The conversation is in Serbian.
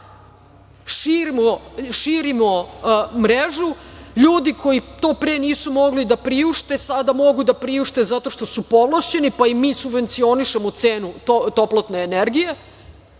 Širimo mrežu. Ljudi koji to pre nisu mogli da priušte sada mogu da priušte zato što su povlašćeni, pa im mi subvencionišemo cenu toplotne energije